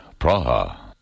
Praha